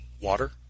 water